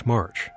March